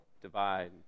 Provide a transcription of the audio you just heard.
divide